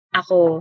ako